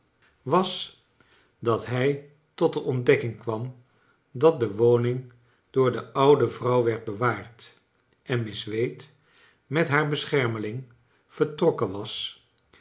was dat hij tot de ontdekking kwam dat de woning door de oude vrouw werd bewaard en miss wade met haar beschermeling vertrokken was